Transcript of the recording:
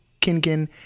Kinkin